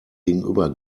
gegenüber